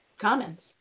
Comments